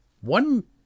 One